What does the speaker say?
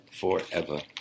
forever